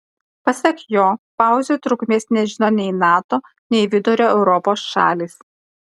pasak jo pauzių trukmės nežino nei nato nei vidurio europos šalys